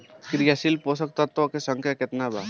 क्रियाशील पोषक तत्व के संख्या कितना बा?